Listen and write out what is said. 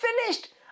finished